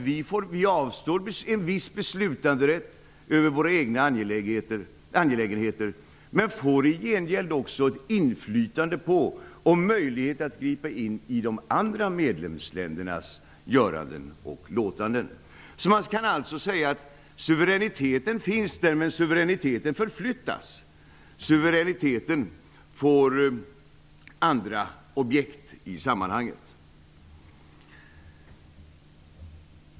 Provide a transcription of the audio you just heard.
Vi avstår en viss beslutanderätt över våra egna angelägenheter men får i gengäld också ett inflytande på och möjlighet att gripa in i de andra medlemsländernas göranden och låtanden. Man kan alltså säga att suveräniteten finns där men förflyttas. Suveräniteten får i detta sammanhang andra objekt.